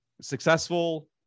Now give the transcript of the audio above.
successful